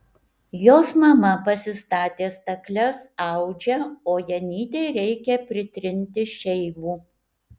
jos mama pasistatė stakles audžia o janytei reikia pritrinti šeivų